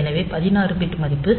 எனவே 16 பிட் மதிப்பு